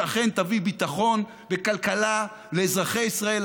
שאכן תביא ביטחון וכלכלה לאזרחי ישראל,